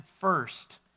first